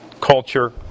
culture